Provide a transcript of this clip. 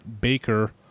Baker